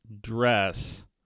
dress